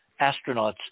astronauts